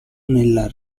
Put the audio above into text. nella